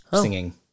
singing